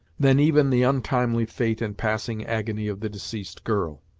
than even the untimely fate and passing agony of the deceased girl.